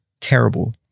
terrible